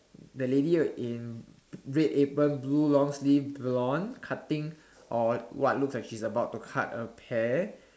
the lady in red apron blue long sleeves blonde cutting or what looks like she's about to cut a pear